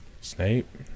Snape